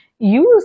use